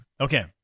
Okay